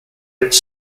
its